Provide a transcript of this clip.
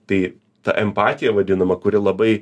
tai ta empatija vadinama kuri labai